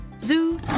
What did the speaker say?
Zoo